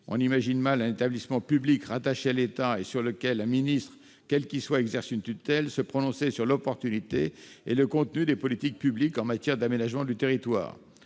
on imagine mal un établissement public rattaché à l'État et sur lequel un ministre, quel qu'il soit, exerce une tutelle se prononcer sur l'opportunité et le contenu des politiques publiques en matière d'aménagement du territoire.